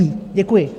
Děkuji.